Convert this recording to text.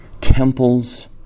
Temples